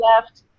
left